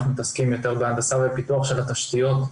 אנחנו מתעסקים יותר בהנדסה ופיתוח של התשתיות.